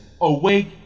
awake